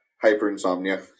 hyper-insomnia